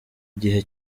gihe